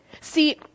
See